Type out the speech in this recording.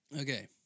Okay